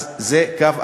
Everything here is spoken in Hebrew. אז זה קו אדום,